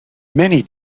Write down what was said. many